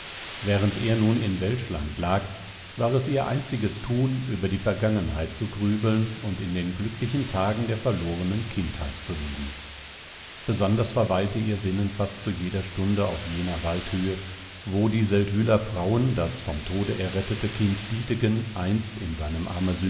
während er nun in welschland lag war es ihr einziges tun über die vergangenheit zu grübeln und in den glücklichen tagen der verlorenen kindheit zu leben besonders verweilte ihr sinnen fast zu jeder stunde auf jener waldhöhe wo die seldwyler frauen das vom tode errettete kind dietegen einst in seinem